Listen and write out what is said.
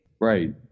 Right